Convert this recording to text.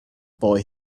boy